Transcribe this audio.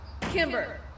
Kimber